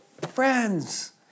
Friends